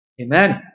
Amen